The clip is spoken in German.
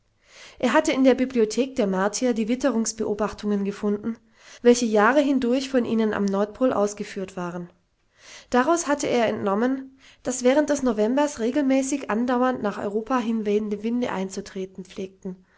er hatte in der bibliothek der martier die witterungsbeobachtungen gefunden welche jahre hindurch von ihnen am nordpol ausgeführt waren daraus hatte er entnommen daß während des novembers regelmäßig andauernd nach europa hinwehende winde einzutreten pflegten